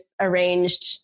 arranged